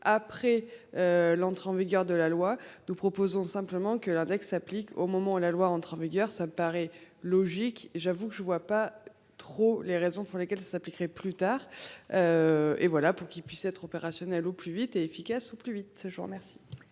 après. L'entrée en vigueur de la loi. Nous proposons simplement que l'index applique au moment où la loi entre ça paraît logique. J'avoue que je ne vois pas trop les raisons pour lesquelles s'appliquerait plus tard. Et voilà pour qu'il puisse être opérationnel au plus vite et efficace au plus vite. Je vous remercie.